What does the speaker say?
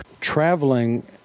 Traveling